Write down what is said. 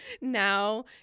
now